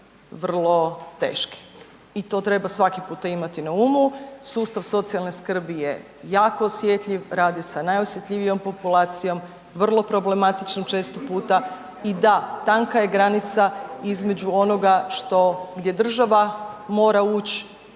vrlo teške i to treba svaki puta imati na umu, sustav socijalne skrbi je jako osjetljiv, radi se s najosjetljivijom populacijom, vrlo problematičnom često puta i da, tanka je granica između onoga što, gdje država mora uć,